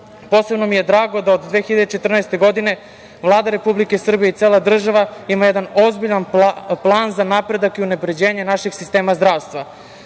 posebno mi je drago da od 2014. godine Vlada Republike Srbije i cela država ima jedan ozbiljan plan za napredak i unapređenje našeg sistema zdravstva.